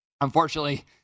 unfortunately